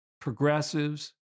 progressives